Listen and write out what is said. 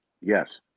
Yes